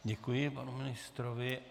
Děkuji panu ministrovi.